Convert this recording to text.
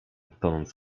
tonąc